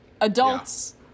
adults